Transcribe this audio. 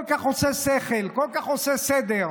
זה כל כך עושה שכל, כל כך עושה סדר.